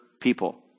people